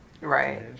Right